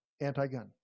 anti-gun